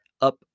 up